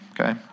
okay